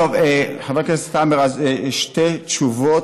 חבר הכנסת עמאר, שתי תשובות.